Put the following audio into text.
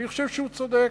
אני חושב שהוא צודק.